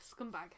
scumbag